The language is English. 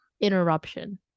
interruption